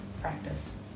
practice